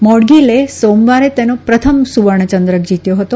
મૌડગીલે સોમવારે તેનો પ્રથમ સુવર્ણ પદક જીત્યો હતો